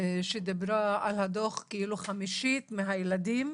שהיא דיברה על הדוח כאילו חמישית מהילדים